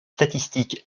statistiques